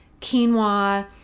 quinoa